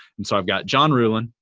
and so i've got john ruhlin,